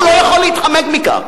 הוא לא יכול להתחמק מכך.